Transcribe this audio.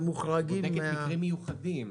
היא בודקת מקרים מיוחדים,